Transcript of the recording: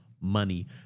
money